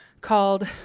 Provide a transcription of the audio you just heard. called